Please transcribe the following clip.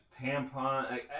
tampon